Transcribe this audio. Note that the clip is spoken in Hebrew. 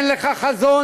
אין לך חזון,